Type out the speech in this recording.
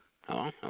Hello